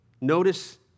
Notice